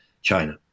China